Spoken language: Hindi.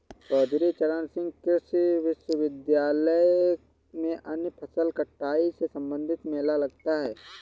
चौधरी चरण सिंह कृषि विश्वविद्यालय में अन्य फसल कटाई से संबंधित मेला लगता है